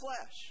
flesh